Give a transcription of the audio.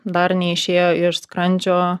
dar neišėjo iš skrandžio